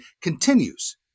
continues